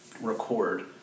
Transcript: record